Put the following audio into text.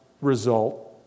result